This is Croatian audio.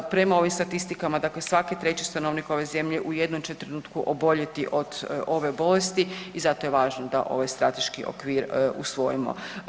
Prema ovim statistikama dakle svaki 3 stanovnik ove zemlje u jednom će trenutku oboljeti od ove bolesti i zato je važno da ovaj strateški okvir usvojimo.